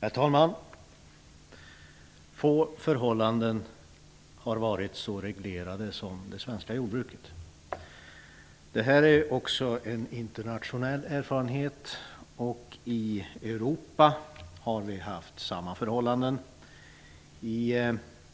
Herr talman! Få förhållanden har varit så reglerade som det svenska jordbruket. Det här är också en internationell erfarenhet. I Europa har det varit liknande förhållanden. I